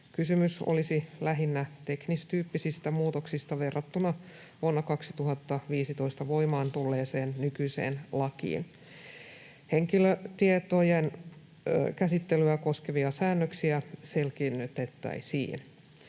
Kysymys olisi lähinnä teknistyyppisistä muutoksista verrattuna vuonna 2015 voimaan tulleeseen nykyiseen lakiin. Henkilötietojen käsittelyä koskevia säännöksiä selkiinnytettäisiin.